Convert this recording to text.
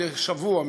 מדי שבוע,